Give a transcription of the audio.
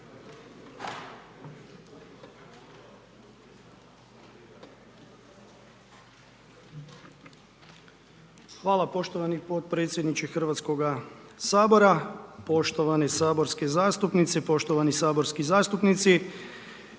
poštovani potpredsjedniče Hrvatskog sabora. Poštovani saborske zastupnice, poštovani saborski zastupnici,